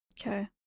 Okay